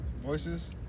Voices